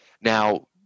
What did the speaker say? Now